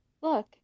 look